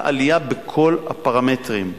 מתוך קבוצת גיל יש לנו למשל את התלמידים במזרח-ירושלים,